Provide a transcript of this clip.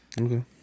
okay